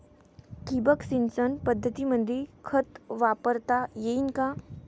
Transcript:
ठिबक सिंचन पद्धतीमंदी खत वापरता येईन का?